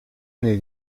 nei